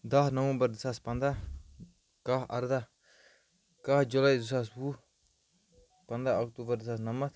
دَہ نَومبر زٕ ساس پنٛداہ کاہ اَرداہ کاہ جُلاے زٕ ساس وُہ پنٛداہ اکتوٗبر زٕ ساس نَمَتھ